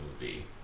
movie